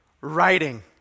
Writing